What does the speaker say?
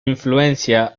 influencia